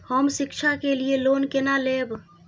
हम शिक्षा के लिए लोन केना लैब?